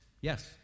yes